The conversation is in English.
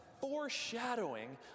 foreshadowing